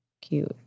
cute